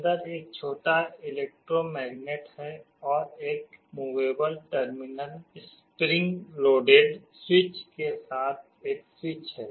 अंदर एक छोटा इलेक्ट्रोमैग्नेट है और एक movable terminal spring loaded switch के साथ एक स्विच है